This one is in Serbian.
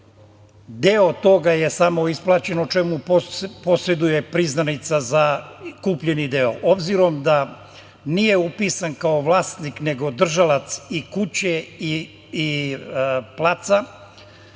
Deo toga je samo isplaćeno, o čemu posreduje priznanica za kupljeni deo. Obzirom da nije upisan kao vlasnik nego kao održalac i kuće i placa